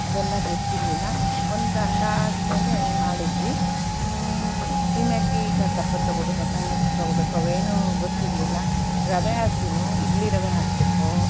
ಅದೆಲ್ಲ ಗೊತ್ತಿರಲಿಲ್ಲ ಒಂದು ಅಂದಾಜು ಮೇಲೆ ಮಾಡಿದ್ವಿ ಸೀಮೆ ಅಕ್ಕಿ ಈಗ ದಪ್ಪ ತಗೋಬೇಕ ಸಣ್ಣದು ತಗೋಬೇಕ ಅವೇನು ಗೊತ್ತಿರಲಿಲ್ಲ ರವೆ ಆದ್ರೂನು ಇಡ್ಲಿ ರವೆ ಹಾಕಬೇಕೋ